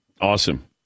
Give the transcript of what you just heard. awesome